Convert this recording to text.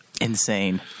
Insane